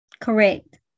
Correct